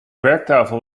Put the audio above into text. werktafel